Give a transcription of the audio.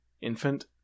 infant